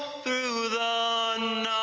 through the